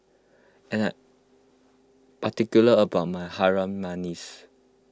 I am I'm particular about my Harum Manis